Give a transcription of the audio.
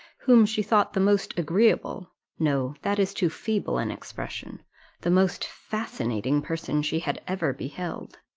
whom she thought the most agreeable no, that is too feeble an expression the most fascinating person she had ever beheld.